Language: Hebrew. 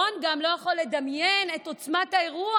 רון גם לא יכול לדמיין את עוצמת האירוע,